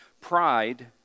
Pride